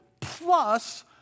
plus